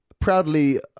proudly